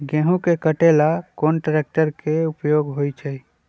गेंहू के कटे ला कोंन ट्रेक्टर के उपयोग होइ छई?